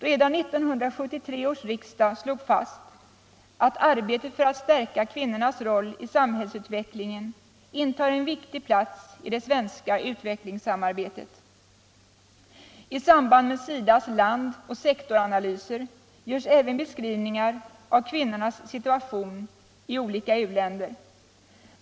Redan 1973 års riksdag slog fast att arbetet för att stärka kvinnornas roll i samhällsutvecklingen intar en viktig plats i det svenska utvecklingssamarbetet. I samband med SIDA:s landoch sektoranalyser görs även beskrivningar av kvinnornas situation i olika u-länder.